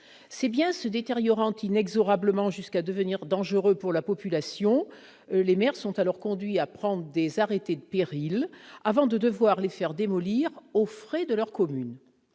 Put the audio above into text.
Ces biens se détériorant inexorablement jusqu'à devenir dangereux pour la population, les maires sont conduits à prendre des arrêtés de péril avant de devoir les faire démolir aux frais de leur commune.